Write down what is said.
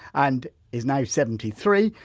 and is now seventy three,